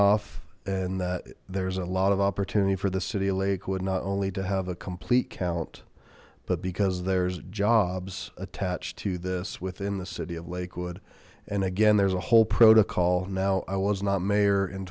off and that there's a lot of opportunity for the city of lakewood not only to have a complete count but because there's jobs attached to this within the city of lakewood and again there's a whole protocol now i was not mayor in